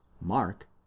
Mark